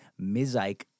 Mizike